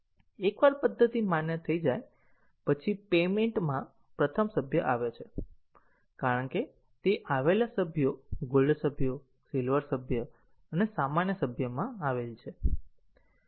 એકવાર પદ્ધતિ માન્ય થઇ જાય પછી પેમેન્ટ માં પ્રથમ સભ્ય આવે છે કારણ કે તે આવેલા સભ્યો ગોલ્ડ સભ્યો સિલ્વર સભ્ય અને સામાન્ય સભ્યમાં આવેલ છે